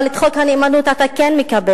אבל את חוק הנאמנות אתה כן מקבל,